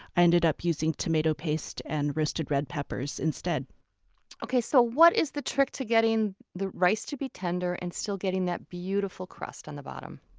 i ended up using tomato paste and roasted red peppers instead so what is the trick to getting the rice to be tender, and still getting that beautiful crust on the bottom?